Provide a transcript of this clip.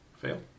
fail